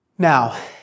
Now